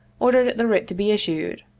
or dered the writ to be issued.